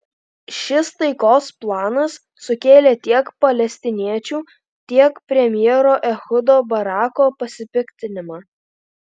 šis taikos planas sukėlė tiek palestiniečių tiek premjero ehudo barako pasipiktinimą